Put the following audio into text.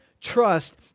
trust